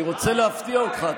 אני רוצה להפתיע אותך,